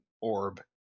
orb